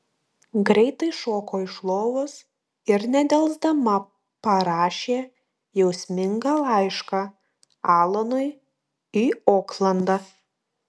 greitai šoko iš lovos ir nedelsdama parašė jausmingą laišką alanui į oklandą